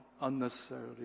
unnecessarily